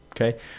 Okay